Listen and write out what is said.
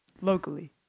locally